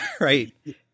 Right